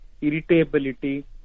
irritability